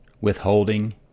withholding